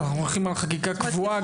שאנחנו הולכים על חקיקה קבועה,